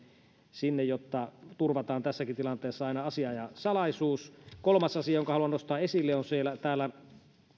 sinne jotta turvataan tässäkin tilanteessa aina asianajosalaisuus kolmas asia jonka haluan nostaa esille on